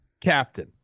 Captain